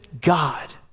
God